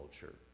culture